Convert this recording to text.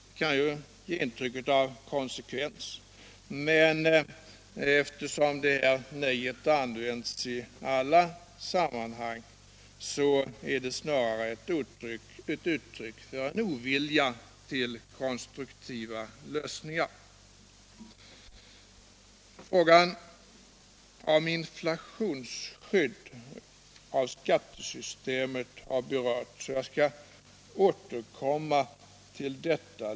Det kan ju ge intryck av konsekvens, men eftersom detta nej används i alla sammanhang är det snarare ett uttryck för ovilja till konstruktiva lösningar. Frågan om inflationsskydd i skattesystemet har berörts, och jag skall återkomma till den.